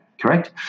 correct